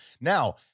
Now